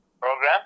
program